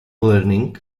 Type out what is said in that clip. learning